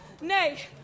Nay